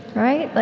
right? but